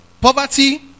Poverty